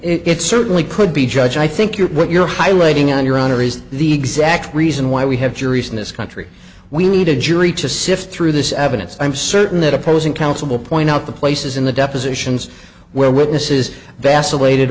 that it certainly could be judge i think you're what you're highlighting on your honor is the exact reason why we have juries in this country we need a jury to sift through this evidence i'm certain that opposing counsel will point out the places in the depositions where witnesses vacillated